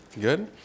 Good